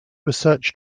research